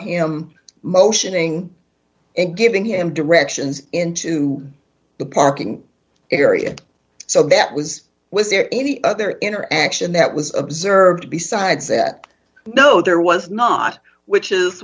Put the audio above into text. him motioning and giving him directions into the parking area so that was was there any other interaction that was observed besides that no there was not which is